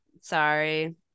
Sorry